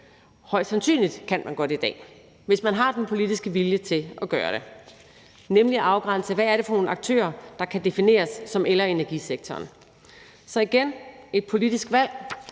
højst sandsynligt kan man godt i dag – hvis man har den politiske vilje til at gøre det, nemlig at afgrænse, hvad det er for nogle aktører, der kan defineres som el- og energisektoren. Så igen, det er et politisk valg,